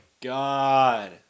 God